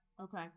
Okay